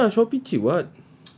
shopee ah shopee cheap [what]